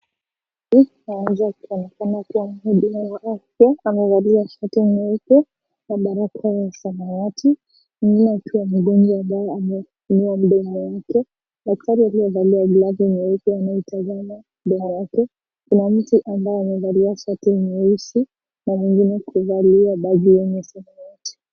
Mtu huyu anaonekana kuwa mhudumu wa afya, mtu huyu amevalia shati nyeupe, na barakoa ya samawati, mwingine akiwa mgonjwa amefungua mdomo yake, daktari aliyevalia glavu akiwa mbele yake, kuna mtu amabye amevalia shati nyeusi na mwingine kuvalia bagi ya samawati.